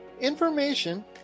information